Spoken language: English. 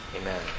Amen